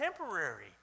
temporary